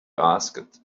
asked